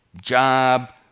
job